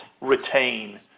retain